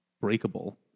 breakable